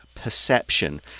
perception